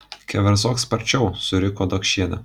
keverzok sparčiau suriko dokšienė